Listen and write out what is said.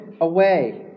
away